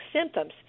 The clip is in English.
symptoms